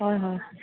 হয় হয়